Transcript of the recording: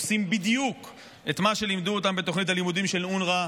עושים בדיוק את מה שלימדו אותם בתוכנית הלימודים של אונר"א,